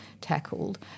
tackled